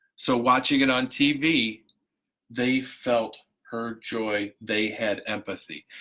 so watching it on tv they felt her joy, they had empathy,